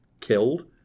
killed